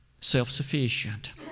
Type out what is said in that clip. self-sufficient